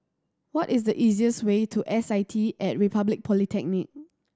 what is the easiest way to S I T At Republic Polytechnic